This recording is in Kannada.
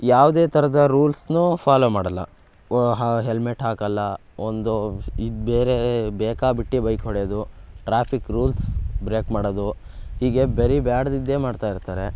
ಯಾವುದೇ ಥರದ ರೂಲ್ಸನ್ನೂ ಫಾಲೋ ಮಾಡಲ್ಲ ವ ಹ ಹೆಲ್ಮೆಟ್ ಹಾಕಲ್ಲ ಒಂದು ಇದು ಬೇರೆ ಬೇಕಾಬಿಟ್ಟಿ ಬೈಕ್ ಹೊಡ್ಯೋದು ಟ್ರಾಫಿಕ್ ರೂಲ್ಸ್ ಬ್ರೇಕ್ ಮಾಡೋದು ಹೀಗೆ ಬರೀ ಬೇಡ್ದಿದ್ದೆ ಮಾಡ್ತಾ ಇರ್ತಾರೆ